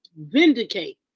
vindicate